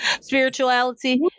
spirituality